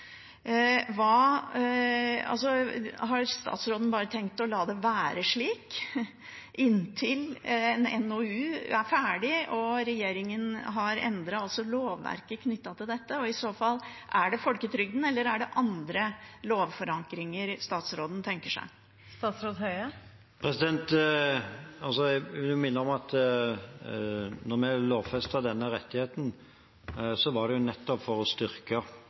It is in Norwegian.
Har statsråden tenkt bare å la det være slik inntil en NOU er ferdig, og regjeringen har endret lovverket knyttet til dette, og er det i så fall i folketrygden eller er det i andre lover statsråden tenker seg at dette forankres? Jeg vil minne om at da vi lovfestet denne rettigheten, var det nettopp for å styrke